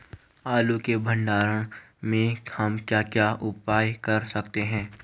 आलू के भंडारण में हम क्या क्या उपाय कर सकते हैं?